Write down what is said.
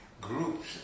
groups